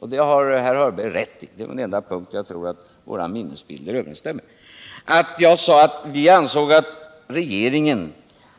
Herr Hörberg har rätt i — och det är den enda punkt där jar tror våra minnesbilder överensstämmer — att jag sade att vi ansåg att regeringen